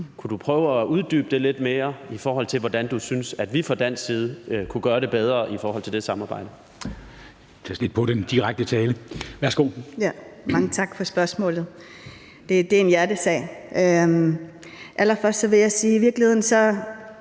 Kunne du prøve at uddybe det lidt mere, i forhold til hvordan du synes at vi fra dansk side kunne gøre det bedre i det samarbejde?